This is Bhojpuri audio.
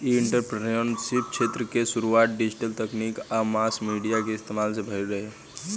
इ एंटरप्रेन्योरशिप क्षेत्र के शुरुआत डिजिटल तकनीक आ मास मीडिया के इस्तमाल से भईल रहे